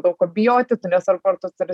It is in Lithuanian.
daug ko bijoti tu nesvarbu ar tu turi